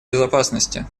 безопасности